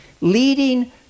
leading